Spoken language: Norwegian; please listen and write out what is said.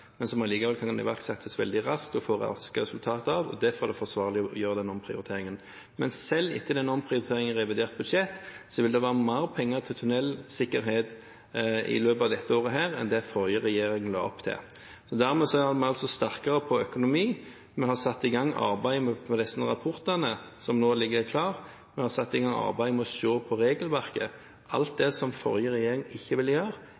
men som allikevel kunne iverksettes veldig raskt og få raske resultater av. Derfor er det forsvarlig å gjøre den omprioriteringen. Men selv etter den omprioriteringen i revidert budsjett vil det være mer penger til tunnelsikkerhet i løpet av dette året enn det den forrige regjeringen la opp til. Dermed er vi sterkere på økonomi. Vi har satt i gang arbeid med resten av rapportene, som nå ligger klare, vi har satt i gang arbeid med å se på regelverket. Alt det som den forrige regjeringen ikke ville gjøre,